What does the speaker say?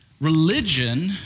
religion